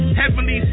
heavenly